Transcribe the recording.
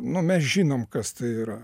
nu mes žinom kas tai yra